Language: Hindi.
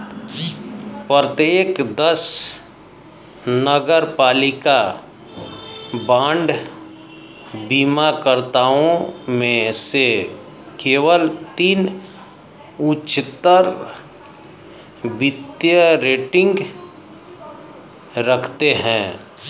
प्रत्येक दस नगरपालिका बांड बीमाकर्ताओं में से केवल तीन उच्चतर वित्तीय रेटिंग रखते हैं